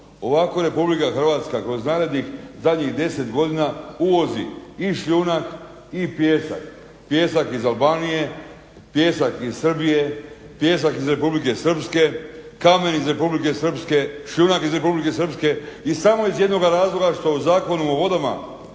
Ovako RH kroz zadnjih 10 godina uvozi i šljunak i pijesak. Pijesak iz Albanije, pijesak iz Srbije, pijesak iz Republike Srpske, kamen iz Republike Srpske, šljunak iz Repulike Srpske iz samo jednoga razloga što u zakonu o vodama